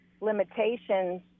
limitations